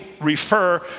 refer